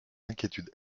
inquiétudes